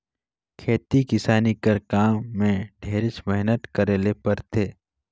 खेती किसानी कर काम में ढेरेच मेहनत करे ले परथे